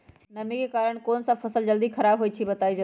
नमी के कारन कौन स फसल जल्दी खराब होई छई बताई?